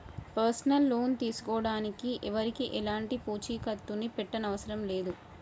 personal loan తీసుకోడానికి ఎవరికీ ఎలాంటి పూచీకత్తుని పెట్టనవసరం లేదు